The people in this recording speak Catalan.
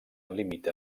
limita